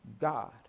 God